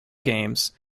games